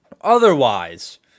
otherwise